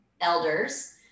elders